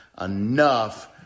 enough